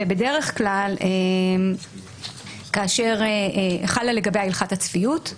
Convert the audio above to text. בדרך כלל חלה לגביה הלכת הצפיות,